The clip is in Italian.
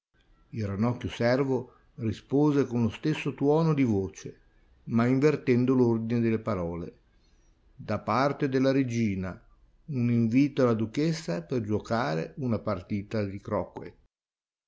croquet il ranocchio servo rispose con lo stesso tuono di voce ma invertendo l'ordine delle parole da parte della regina un invito alla duchessa per giuocare una partita di croquet